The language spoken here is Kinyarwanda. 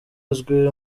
uzwi